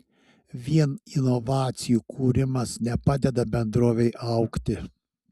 vien inovacijų kūrimas nepadeda bendrovei augti